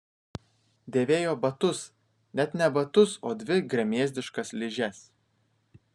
dėvėjo batus net ne batus o dvi gremėzdiškas ližes